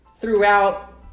throughout